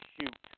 Shoot